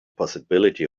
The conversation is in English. possibility